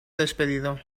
despedido